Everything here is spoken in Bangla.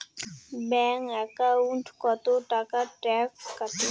ব্যাংক একাউন্টত কতো টাকা ট্যাক্স কাটে?